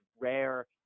rare